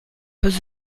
has